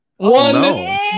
One